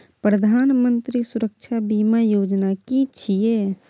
प्रधानमंत्री सुरक्षा बीमा योजना कि छिए?